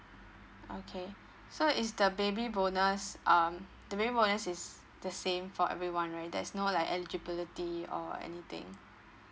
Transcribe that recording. okay so is the baby bonus um the baby bonus is the same for everyone right there's no like eligibility or anything